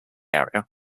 area